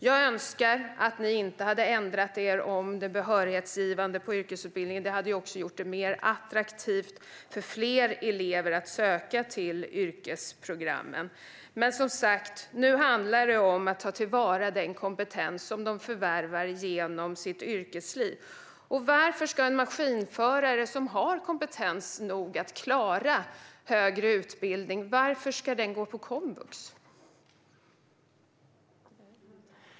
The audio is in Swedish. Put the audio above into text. Jag önskar att ni inte hade ändrat er om det behörighetsgivande på yrkesutbildningen, Betty Malmberg. Det hade också gjort det mer attraktivt för fler elever att söka till yrkesprogrammen. Nu handlar det som sagt om att ta till vara den kompetens som de förvärvar i sitt yrkesliv. Varför ska en maskinförare som har kompetens nog att klara högre utbildning gå på komvux?